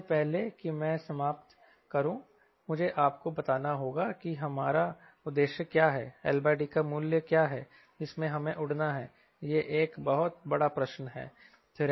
इससे पहले कि मैं समाप्त करो मुझे आपको बताना होगा कि हमारा उद्देश्य क्या है LD का मूल्य क्या है जिसमें हमें उड़ना हैयह एक बहुत बड़ा प्रश्न है